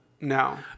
No